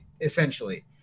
essentially